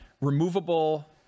removable